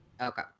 okay